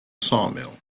sawmill